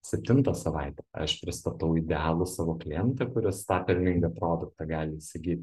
septintą savaitę aš pristatau idealų savo klientą kuris tą pelningą produktą gali įsigyt